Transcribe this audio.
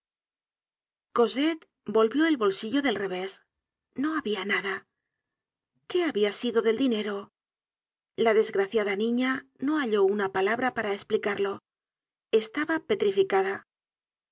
cosette volvió el bolsillo del revés no habia nada qué habia sido del dinero la desgraciada niña no halló una palabra para esplicarlo estaba petrificada